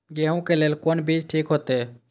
गेहूं के लेल कोन बीज ठीक होते?